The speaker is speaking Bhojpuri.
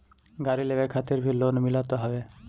गाड़ी लेवे खातिर भी लोन मिलत हवे